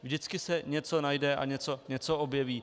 Vždycky se něco najde a něco se objeví.